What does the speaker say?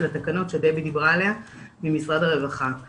התקנות שדבי ממשרד הרווחה דיברה עליה.